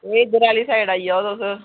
एह् इद्धर आह्ली साईड आई जायो तुस